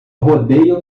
rodeio